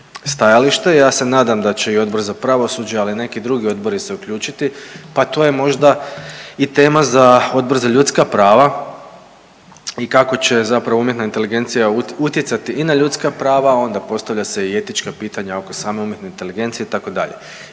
Ja se nadam da će i Odbor za pravosuđe, ali i neki drugi odbori se uključiti, pa to je možda i tema za Odbor za ljudska prava i kako će zapravo umjetna inteligencija utjecati i na ljudska prava, a onda postavlja se i etička pitanja oko same umjetne inteligencije itd.